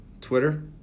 Twitter